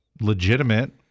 legitimate